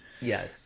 yes